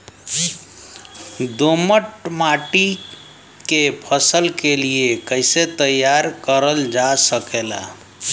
दोमट माटी के फसल के लिए कैसे तैयार करल जा सकेला?